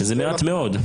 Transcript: שזה מעט מאוד.